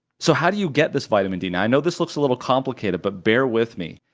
so how do you get this vitamin d? i know this looks a little complicated, but bear with me.